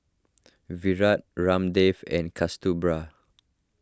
Virat Ramdev and Kasturba